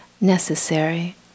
necessary